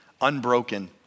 unbroken